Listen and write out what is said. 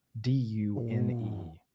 D-U-N-E